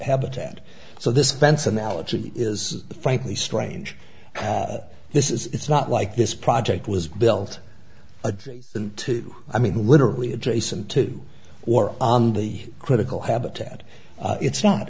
habitat so this fence analogy is frankly strange this is it's not like this project was built adjacent to i mean literally adjacent to or on the critical habitat it's not